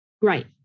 Great